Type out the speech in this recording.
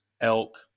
elk